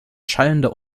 schallende